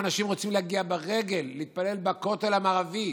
אם אנשים רוצים להגיע ברגל להתפלל בכותל המערבי,